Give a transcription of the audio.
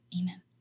Amen